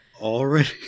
Already